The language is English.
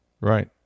Right